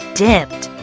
dipped